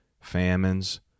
famines